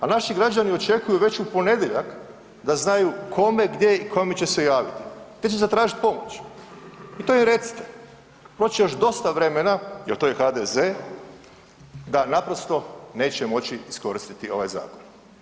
A naši građani očekuju već u ponedjeljak da znaju kome, gdje i kome će se javiti, te će zatražit pomoć i to im recite, proći će još dosta vremena jel to je HDZ, da naprosto neće moći iskoristiti ovaj zakon.